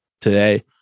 today